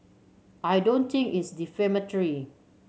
I don't think it's defamatory